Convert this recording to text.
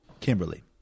Kimberly